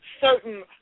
certain